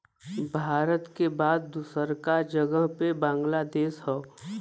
भारत के बाद दूसरका जगह पे बांग्लादेश हौ